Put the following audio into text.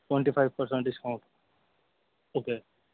twenty five percent discount okay